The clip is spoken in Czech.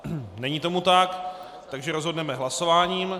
Není tomu tak, takže rozhodneme hlasováním.